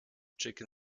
chicken